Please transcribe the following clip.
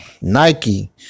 Nike